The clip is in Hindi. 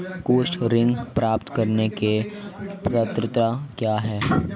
कृषि ऋण प्राप्त करने की पात्रता क्या है?